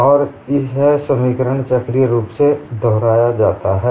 और यह समीकरण चक्रीय रुप से दोहराया जाता है